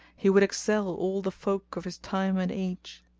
he would excel all the folk of his time and age!